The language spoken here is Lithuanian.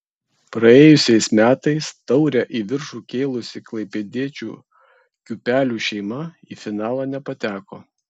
praėjusiais metais taurę į viršų kėlusi klaipėdiečių kiūpelių šeima į finalą nepateko